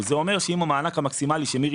זה אומר שאם היום המענק המקסימלי שמירי